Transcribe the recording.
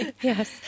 Yes